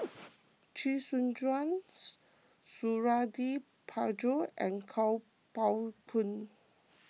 Chee Soon Juan Suradi Parjo and Kuo Pao Kun